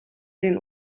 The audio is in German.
den